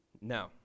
No